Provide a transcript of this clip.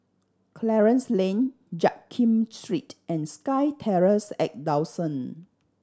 Clarence Lane Jiak Kim Street and SkyTerrace at Dawson